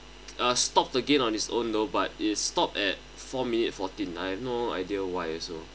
uh stopped again on its own though but is stop at four minute forty nine no idea why also